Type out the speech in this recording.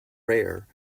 rare